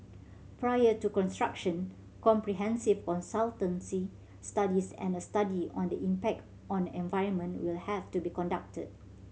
prior to construction comprehensive consultancy studies and a study on the impact on environment will have to be conducted